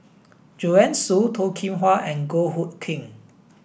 Joanne Soo Toh Kim Hwa and Goh Hood Keng